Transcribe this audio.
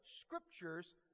scriptures